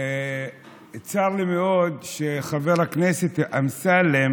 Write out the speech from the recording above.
צר לי מאוד שחבר הכנסת אמסלם